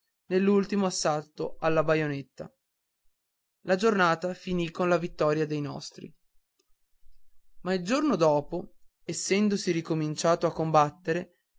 nell'ultimo assalto alla baionetta la giornata finì con la vittoria dei nostri ma il giorno dopo essendosi ricominciato a combattere